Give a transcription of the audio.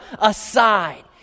aside